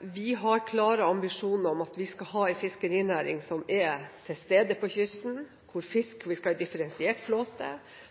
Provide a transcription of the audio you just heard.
Vi har klare ambisjoner om at vi skal ha en fiskerinæring som er til stede på kysten, vi skal ha en differensiert flåte